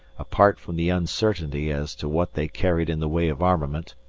apart from the uncertainty as to what they carried in the way of armament,